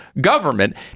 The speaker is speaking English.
government